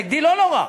נגדי לא נורא,